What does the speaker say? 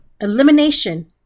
elimination